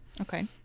Okay